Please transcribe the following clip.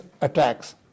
attacks